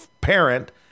parent